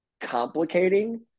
complicating